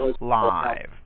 live